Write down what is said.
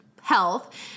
health